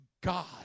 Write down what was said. God